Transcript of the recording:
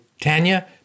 Tanya